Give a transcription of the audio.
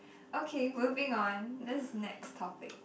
okay moving on this next topic